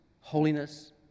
holiness